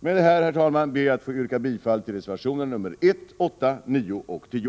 Med det anförda ber jag, herr talman, att få yrka bifall till reservationerna nr 1, 8, 9 och 10.